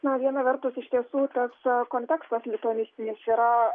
na viena vertus iš tiesų tas kontekstas lituanistinis yra